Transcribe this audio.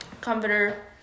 Comforter